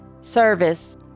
service